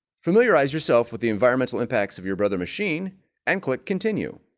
familiarize yourself with the environmental impacts of your brother machine and click continue